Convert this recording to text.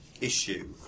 issue